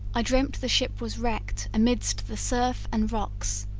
i dreamt the ship was wrecked amidst the surfs and rocks,